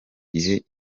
gihe